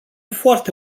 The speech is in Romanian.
foarte